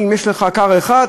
אם יש לך כר אחד,